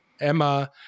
Emma